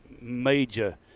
major